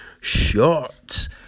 shots